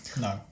no